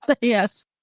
Yes